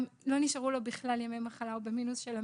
גם לא נשארו לו בכלל ימי מחלה והוא במינוס.